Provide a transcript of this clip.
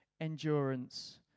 endurance